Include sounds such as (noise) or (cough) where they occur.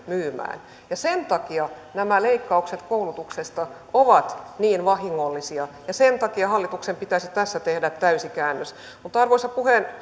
(unintelligible) myymään sen takia nämä leikkaukset koulutuksesta ovat niin vahingollisia ja sen takia hallituksen pitäisi tässä tehdä täyskäännös mutta arvoisa